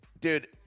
Dude